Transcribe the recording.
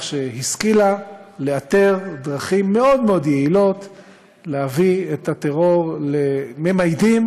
שהשכילה לאתר דרכים יעילות מאוד מאוד ולהביא את הטרור לממדים,